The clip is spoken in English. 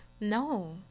no